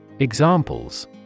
Examples